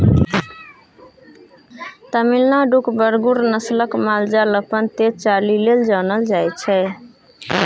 तमिलनाडुक बरगुर नस्लक माल जाल अपन तेज चालि लेल जानल जाइ छै